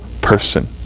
person